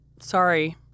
sorry